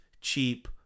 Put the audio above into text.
cheap